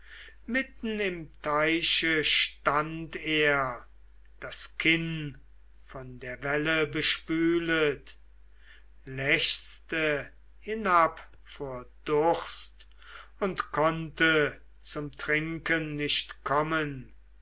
mitten im teiche stand er das kinn von der welle bespület lechzte hinab vor durst und konnte zum trinken nicht kommen